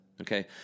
Okay